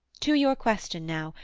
to your question now,